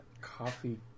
Coffee